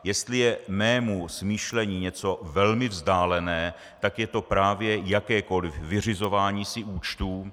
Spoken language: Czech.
Jestli je mému smýšlení něco velmi vzdálené, tak je to právě jakékoliv vyřizování si účtů.